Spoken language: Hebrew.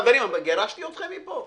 חברים, גירשתי אתכם מפה?